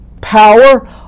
power